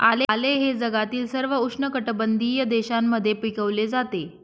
आले हे जगातील सर्व उष्णकटिबंधीय देशांमध्ये पिकवले जाते